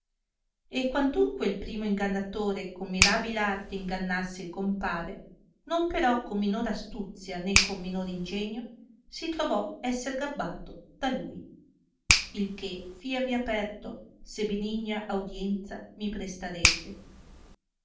e quantunque il primo ingannatore con mirabil arte ingannasse il compare non però con minor astuzia né con minor ingegno si trovò esser gabbato da lui il che flavi aperto se benigna audienzia mi prestarete